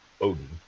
Odin